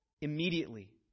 immediately